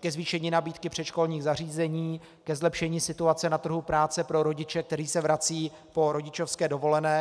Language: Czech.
ke zvýšení nabídky předškolních zařízení, ke zlepšení situace na trhu práce pro rodiče, kteří se vracejí po rodičovské dovolené.